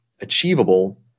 achievable